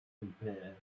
compare